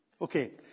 Okay